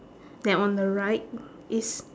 then on the right is